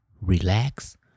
relax